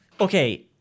Okay